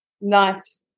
nice